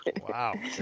Wow